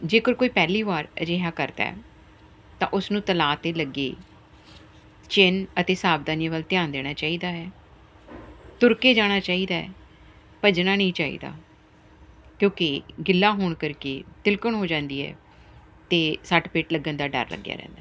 ਜੇਕਰ ਕੋਈ ਪਹਿਲੀ ਵਾਰ ਅਜਿਹਾ ਕਰਦਾ ਤਾਂ ਉਸ ਨੂੰ ਤਲਾਅ 'ਤੇ ਲੱਗੇ ਚਿੰਨ ਅਤੇ ਸਾਵਧਾਨੀ ਵੱਲ ਧਿਆਨ ਦੇਣਾ ਚਾਹੀਦਾ ਹੈ ਤੁਰ ਕੇ ਜਾਣਾ ਚਾਹੀਦਾ ਭੱਜਣਾ ਨਹੀਂ ਚਾਹੀਦਾ ਕਿਉਂਕਿ ਗਿੱਲਾ ਹੋਣ ਕਰਕੇ ਤਿਲਕਣ ਹੋ ਜਾਂਦੀ ਹੈ ਅਤੇ ਸੱਟ ਫੇਟ ਲੱਗਣ ਦਾ ਡਰ ਲੱਗਿਆ ਰਹਿੰਦਾ